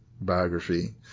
biography